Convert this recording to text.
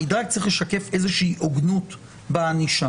המדרג צריך לשקף הוגנות בענישה.